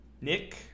Nick